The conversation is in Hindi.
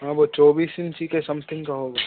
हाँ वह चौबीस इंची के समथिंग का होगा